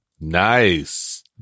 nice